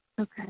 Okay